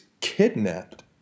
kidnapped